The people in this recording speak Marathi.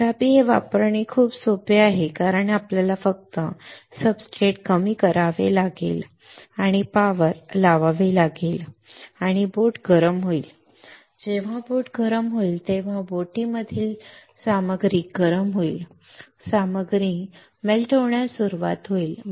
तथापि हे वापरणे खूप सोपे आहे कारण आपल्याला फक्त सब्सट्रेट कमी करावे लागेल आणि पॉवर लावावी लागेल आणि बोट गरम होईल जेव्हा बोट गरम होईल तेव्हा बोटमधील सामग्री गरम होईल सामग्री मेल्ट होण्यास सुरवात होईल